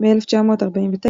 ב-1949,